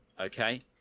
okay